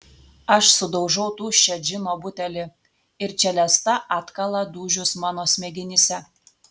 aš sudaužau tuščią džino butelį ir čelesta atkala dūžius mano smegenyse